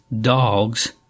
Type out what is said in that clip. dogs